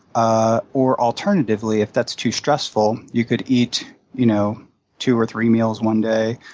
ah or alternatively if that's too stressful, you could eat you know two or three meals one day,